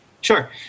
Sure